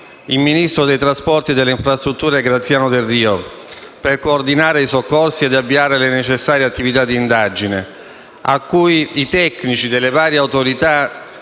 il ministro dei trasporti e delle infrastrutture, Graziano Delrio, per coordinare i soccorsi e avviare le necessarie attività di indagine, che credo i tecnici delle varie autorità